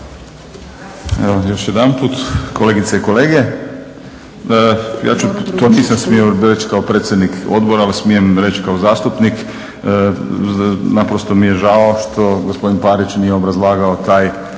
još jedanput kolegice i kolege. To nisam smio reći kao predsjednik odbora, ali smijem reći kao zastupnik, naprosto mi je žao što gospodin Parić nije obrazlagao taj